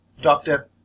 Doctor